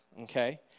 Okay